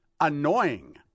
annoying